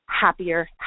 happier